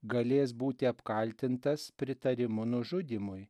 galės būti apkaltintas pritarimu nužudymui